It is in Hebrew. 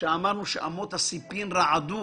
שאמות הסיפים רעדו